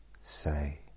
say